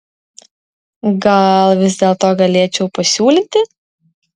gal vis dėlto galėčiau pasiūlyti